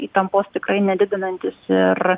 įtampos tikrai nedidinantis ir